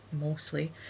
mostly